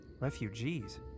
Refugees